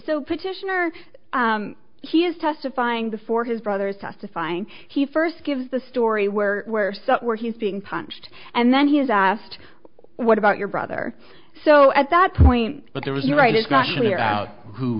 so petitioner he is testifying before his brother's testifying he first gives the story where where some where he's being punched and then he is asked what about your brother so at that point but there was no right is gosh we're out who